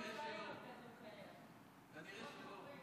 כנראה שלא.